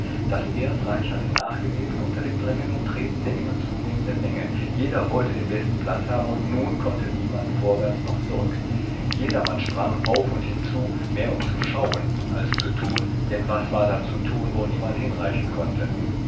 das erdreich hatte nachgegeben unter dem drängen und treten der immer zunehmenden menge jeder wollte den besten platz haben und nun konnte niemand vorwärts noch zurück jedermann sprang auf und hinzu mehr um zu schauen als zu tun denn was war da zu tun wo niemand hinreichen konnte